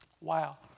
Wow